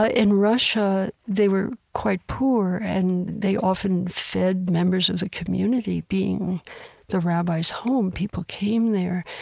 ah in russia they were quite poor, and they often fed members of the community. being the rabbi's home, people came there.